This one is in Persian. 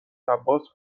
عباس